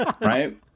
right